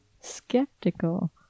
skeptical